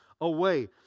away